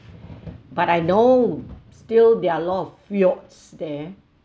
but I know still there're a lot of fjords there